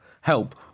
help